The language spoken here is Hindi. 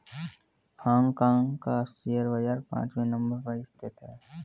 हांग कांग का शेयर बाजार पांचवे नम्बर पर स्थित है